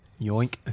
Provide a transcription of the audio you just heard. Yoink